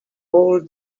all